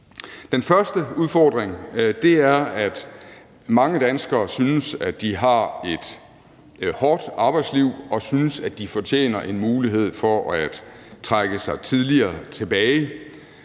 Den første udfordring er, at mange danskere synes, at de har et hårdt arbejdsliv, og de synes, at de fortjener en mulighed for at trække sig tidligere tilbage,